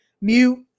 mute